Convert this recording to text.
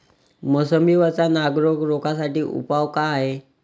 मोसंबी वरचा नाग रोग रोखा साठी उपाव का हाये?